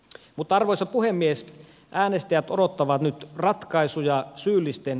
mutta arvoisa puhemies äänestäjät odottavat nyt ratkaisuja syyllisten